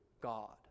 god